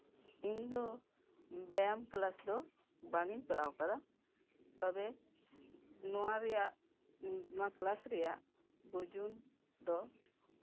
ᱤᱧᱫᱚ ᱵᱮᱭᱟᱢ ᱠᱞᱟᱥ ᱫᱚ ᱵᱟᱝᱤᱧ ᱠᱚᱨᱟᱣ ᱟᱠᱟᱫᱟ ᱛᱚᱵᱮ ᱱᱚᱣᱟ ᱨᱮᱭᱟᱜ ᱱᱚᱣᱟ ᱠᱞᱟᱥ ᱨᱮᱭᱟᱜ ᱵᱩᱡᱩᱱ ᱫᱚ